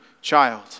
child